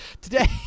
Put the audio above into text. Today